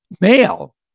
male